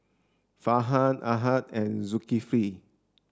Farhan Ahad and Zulkifli